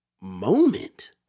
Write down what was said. moment